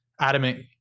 adamant